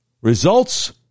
Results